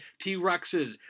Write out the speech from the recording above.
T-Rexes